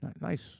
Nice